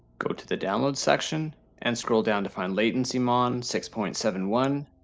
go to the download section and scroll down to find latencymon six point seven one,